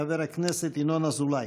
חבר הכנסת ינון אזולאי.